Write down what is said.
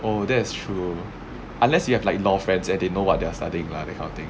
oh that's true unless you have like law friends and they know what they're studying lah that kind of thing